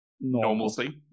normalcy